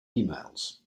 emails